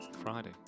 Friday